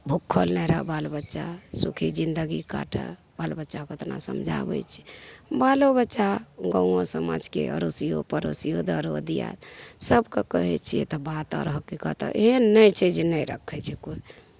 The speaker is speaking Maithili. भुखल नहि रहऽ बाल बच्चा सुखी जिनगी काटऽ बाल बच्चाकेँ ओतना समझाबै छिए बालो बच्चा गामो समाजके अड़ोसिओ पड़ोसिओ दरो दिआद सभकेँ कहै छिए तऽ बात आओर हकीकत एहन नहि छै जे नहि रखै छै कोइ